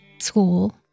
school